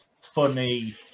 funny